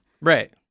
Right